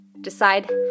Decide